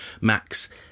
MAX